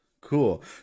Cool